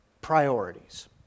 Priorities